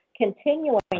continuing